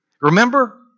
Remember